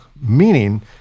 meaning